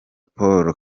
paul